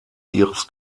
ihres